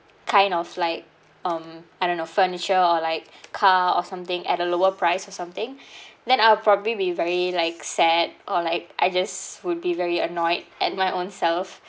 kind of like um I don't know furniture or like car or something at a lower price or something then I'll probably be very like sad or like I just would be very annoyed at my own self